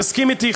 תסכים אתי,